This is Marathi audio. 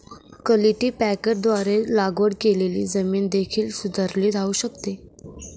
कल्टीपॅकरद्वारे लागवड केलेली जमीन देखील सुधारली जाऊ शकते